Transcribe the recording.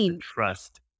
trust